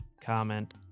comment